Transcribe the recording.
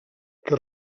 que